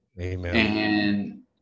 Amen